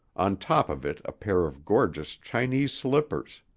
on top of it a pair of gorgeous chinese slippers.